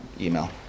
email